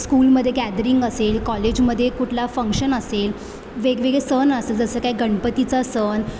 स्कूलमध्ये गॅदरिंग असेल कॉलेजमध्ये कुठला फंक्शन असेल वेगवेगळे सण असेल जसं काय गणपतीचा सण